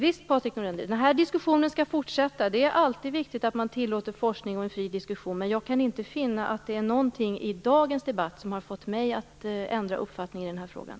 Visst skall den här diskussionen fortsätta, Patrik Norinder. Det är alltid viktigt att man tillåter forskning och en fri diskussion, men jag kan inte finna någonting i dagens debatt som fått mig att ändra uppfattning i den här frågan.